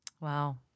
Wow